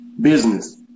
business